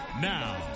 Now